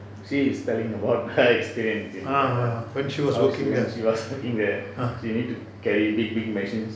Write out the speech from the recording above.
she is telling about her experience in the how she was when she was working there she need to carry big big machines